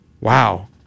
wow